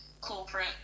corporate